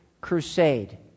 crusade